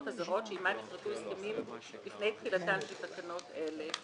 הזרות שעימן נכרתו הסכמים לפני תחילתן של תקנות אלה."